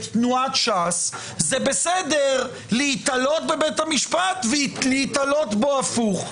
תנועת ש"ס זה בסדר להיתלות בבית המשפט ולהיתלות בו הפוך.